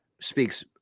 speaks